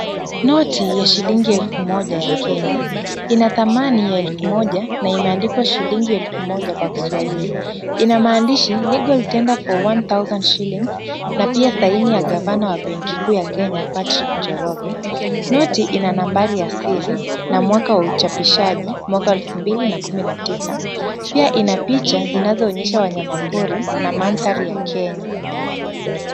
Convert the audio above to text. Noti ya shilingi elfu moja ya Kenya, ina thamani ya elfu moja na imeandikwa shilingi elfu moja kwa kiswahili. Ina maandishi, legal tender for one thousand shillings , na pia saini ya gavana wa benki kuu ya Kenya, Patrick Njoroge. Noti ina nambari ya siri na mwaka wa uchapishaji, mwaka wa 2019, pia ina picha zinazoonyesha wanyama pori na mandhari ya Kenya.